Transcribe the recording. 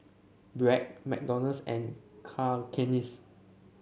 Bragg McDonald's and Cakenis